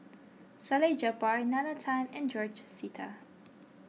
Salleh Japar Nalla Tan and George Sita